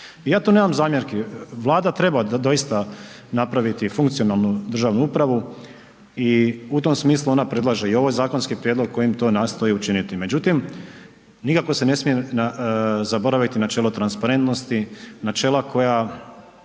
Ja tu nemam zamjerki. Vlada treba doista napraviti funkcionalnu državnu upravu i u tom smislu ona predlaže i ovaj zakonski prijedlog kojim to nastoji učiniti. Međutim, nikako se ne smije zaboraviti načelo transparentnosti, načela koja